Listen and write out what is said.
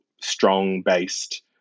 strong-based